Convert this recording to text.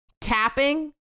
Tapping